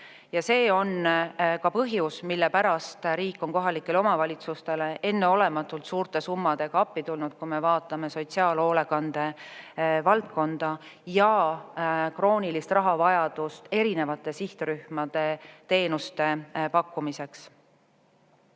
Ja see on ka põhjus, mille pärast riik on kohalikele omavalitsustele enneolematult suurte summadega appi tulnud, kui me vaatame sotsiaalhoolekande valdkonda ja kroonilist rahavajadust erinevatele sihtrühmadele teenuste pakkumiseks.